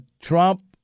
Trump